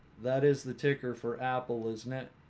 that is the ticker for apple isn't it